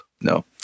no